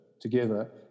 together